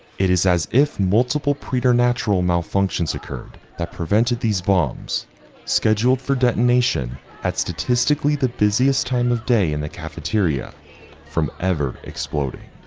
it is as if multiple preternatural malfunctions occurred that prevented these bombs scheduled for detonation at statistically the busiest time of day in the cafeteria from ever exploding,